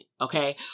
Okay